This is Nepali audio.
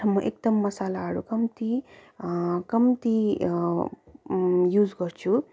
तर म एकदम मसालाहरू कम्ती कम्ती युज गर्छु